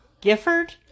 Gifford